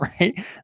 Right